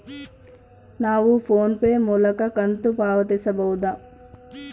ನಾವು PhonePe ಮೂಲಕ ಕಂತು ಪಾವತಿಸಬಹುದಾ?